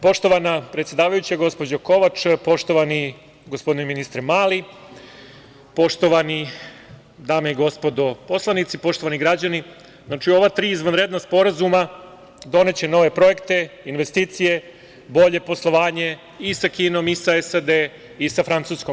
Poštovana predsedavajuća, gospođo Kovač, poštovani gospodine ministre Mali, poštovane dame i gospodo poslanici, poštovani građani, ova tri izvanredna sporazuma doneće nove projekte, investicije, bolje poslovanje i sa Kinom i SAD i sa Francuskom.